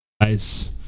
nice